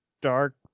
dark